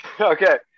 okay